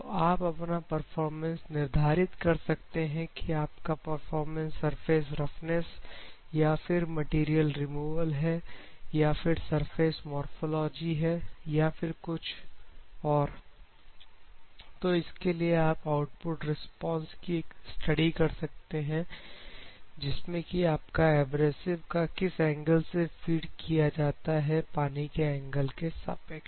तो आप अपना परफॉर्मेंस निर्धारित कर सकते हैं कि आपका परफॉर्मेंस सरफेस रफनेस या फिर मटेरियल रिमूवल है या फिर सरफेस मोरफ़ोलॉजी है या फिर और कुछ तो इसके लिए आप आउटपुट रिस्पांस की स्टडी कर सकते हैं जिसमें कि आपका एब्रेसिव का किस एंगल से फीड किया जाता है पानी के एंगल के सापेक्ष